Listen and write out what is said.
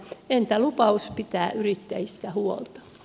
entä lupaus pitää yrittäjistä huolta